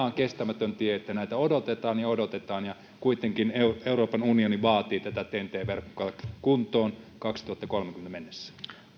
on kes tämätön tie että näitä odotetaan ja odotetaan ja kuitenkin euroopan unioni vaatii tätä ten t verkkoa kuntoon kaksituhattakolmekymmentä mennessä